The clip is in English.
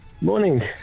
Morning